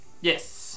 Yes